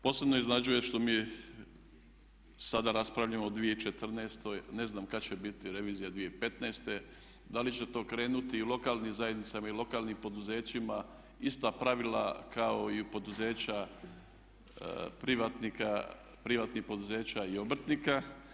Posebno iznenađuje što mi sada raspravljamo o 2014. a ne znam kada će biti revizija 2015., da li će to krenuti i lokalnim zajednicama i lokalnim poduzećima ista pravila kao i poduzeća privatnika, privatnih poduzeća i obrtnika.